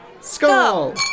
Skull